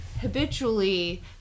habitually